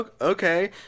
Okay